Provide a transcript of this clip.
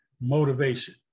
motivation